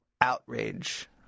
outrage